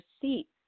seat